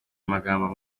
magambo